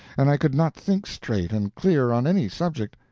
and i could not think straight and clear on any subject,